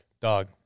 Dog